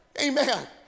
Amen